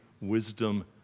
wisdom